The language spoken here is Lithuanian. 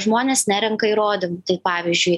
žmonės nerenka įrodymų tai pavyzdžiui